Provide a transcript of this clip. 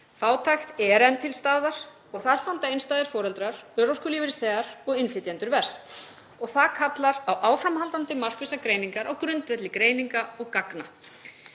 Fátækt er enn til staðar og þar standa einstæðir foreldrar, örorkulífeyrisþegar og innflytjendur verst. Það kallar á áframhaldandi markvissar aðgerðir á grundvelli greininga og gagna.